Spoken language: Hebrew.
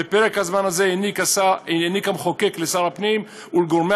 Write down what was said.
בפרק הזמן הזה העניק המחוקק לשר הפנים ולגורמי